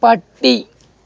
പട്ടി